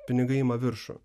pinigai ima viršų